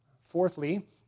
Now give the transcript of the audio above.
Fourthly